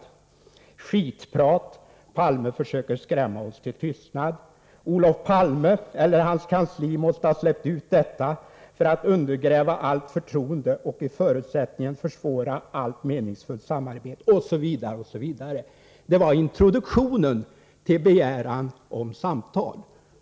Han fortsatte: ”Skitprat — Palme försöker skrämma oss till tystnad. Olof Palme eller hans kansli måste ha släppt ut detta för att undergräva allt förtroende och i fortsättningen försvåra allt meningsfullt samarbete.” Detta var introduktionen till begäran om samtal.